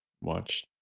watch